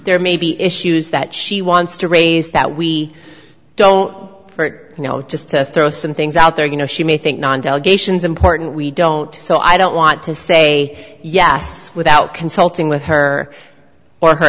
there may be issues that she wants to raise that we don't hurt you know just to throw some things out there you know she may think non delegations important we don't so i don't want to say yes without consulting with her or her